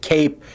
Cape